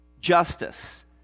justice